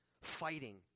fighting